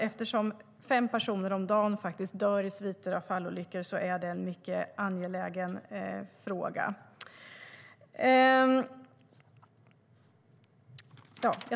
Eftersom fem personer om dagen dör i sviter av fallolyckor är det en mycket angelägen fråga.